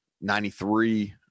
Ninety-three